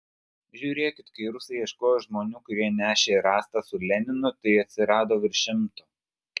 žiūrėkit kai rusai ieškojo žmonių kurie nešė rastą su leninu tai atsirado virš šimto